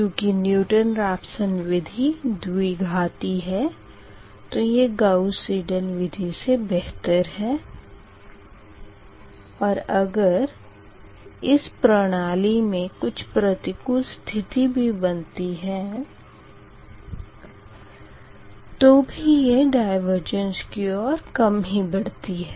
चूंकि Newton Raphson विधि द्विघाती है तो ये गास सिडल विधि से बेहतर है और अगर इस प्रणाली मे कुछ प्रतिकूल स्थिति भी बनती है तो भी यह ड़ाएवर्जेंस की ओर कम ही बढ़ती है